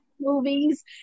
movies